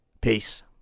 Peace